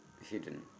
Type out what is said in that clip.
hidden